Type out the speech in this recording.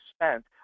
spent